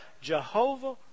Jehovah